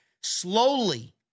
Slowly